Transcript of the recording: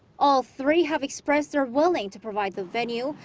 all three have expressed they're willing to provide the venue.